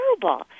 terrible